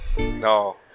No